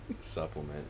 supplement